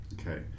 Okay